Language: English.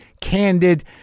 candid